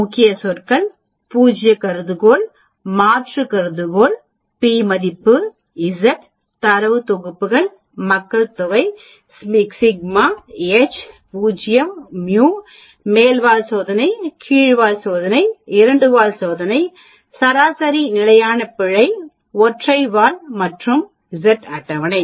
முக்கிய சொற்கள் பூஜ்ய கருதுகோள் மாற்று கருதுகோள் p மதிப்பு இசட் தரவு தொகுப்புகள் மக்கள் தொகை சிக்மா H 0 μ 0 மேல் வால் சோதனை கீழ் வால் சோதனை இரண்டு வால் சோதனை சராசரி நிலையான பிழை ஒற்றை வால் Z அட்டவணை